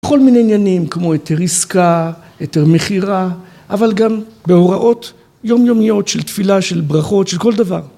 בכל מיני עניינים כמו היתר עסקה, היתר מכירה, אבל גם בהוראות יומיומיות של תפילה, של ברכות, של כל דבר